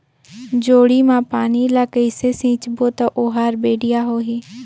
जोणी मा पानी ला कइसे सिंचबो ता ओहार बेडिया होही?